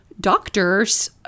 doctors